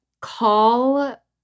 call